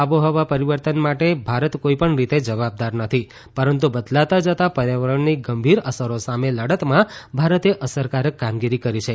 આબોહવા પરીવર્તન માટે ભારત કોઇપણ રીતે જવાબદાર નથી પરંતુ બદલાતા જતા પર્યાવરણની ગંભીર અસરો સામે લડતમાં ભારતે અસરકારક કામગીરી કરી છે